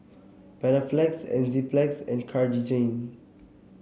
Panaflex Enzyplex and Cartigain